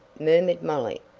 murmured molly.